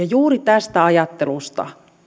juuri tästä ajattelusta